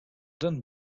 done